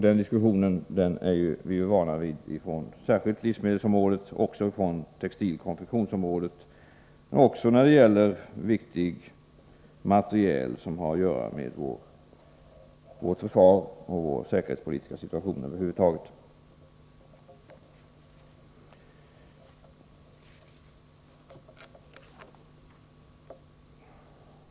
Den diskussionen är vi vana vid särskilt från livsmedelsområdet och från textiloch konfektionsområdet men också när det gäller viktig materiel som har att göra med vårt försvar och vår säkerhetspolitiska situation över huvud taget.